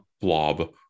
blob